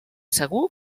segur